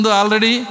already